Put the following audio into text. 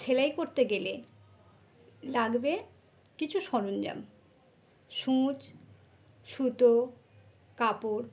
সেলাই করতে গেলে লাগবে কিছু সরঞ্জাম সূঁচ সুতো কাপড়